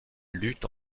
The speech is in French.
lutte